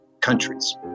countries